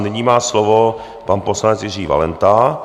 Nyní má slovo pan poslanec Jiří Valenta.